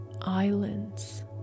islands